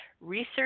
Research